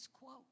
quo